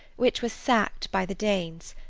which was sacked by the danes,